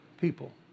people